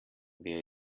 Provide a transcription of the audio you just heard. wer